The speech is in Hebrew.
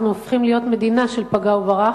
אנחנו הופכים להיות מדינה של פגע וברח,